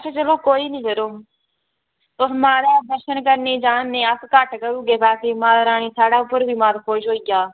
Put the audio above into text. अच्छा चलो कोई निं जरो तुस माता दे दर्शन करने जा ने अस घट्ट करी ओड़गे पैसे माता रानी साढ़े उप्पर बी मत खुश होई जा